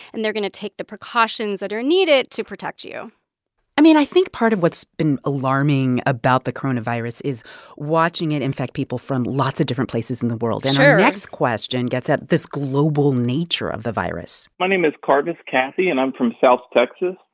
and they're going to take the precautions that are needed to protect you i mean, i think part of what's been alarming about the coronavirus is watching it infect people from lots of different places in the world sure and our next question gets at this global nature of the virus my name is cardis kathy, and i'm from south texas.